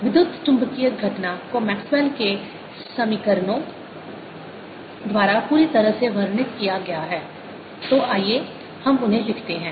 विद्युतचुंबकीय घटना को मैक्सवेल के समीकरणों Maxwells equations द्वारा पूरी तरह से वर्णित किया गया है तो आइए हम उन्हें लिखते हैं